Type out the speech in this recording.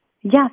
Yes